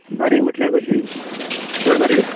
बारीक म्हटल्यार कशी चड बारीक